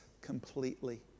completely